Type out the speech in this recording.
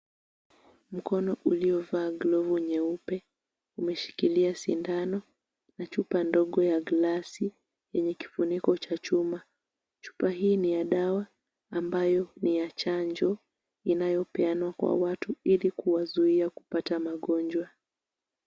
Mkono uliova glovu nyeupe umeshikilia sindano na chupa ndogo ya glasi yenye kifuniko cha chuma. Chupa hii ni ya dawa ambayo ni ya chanjo inaopeanwa kwa watu, ili kuwazuia kupata magonjwa.